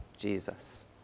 Jesus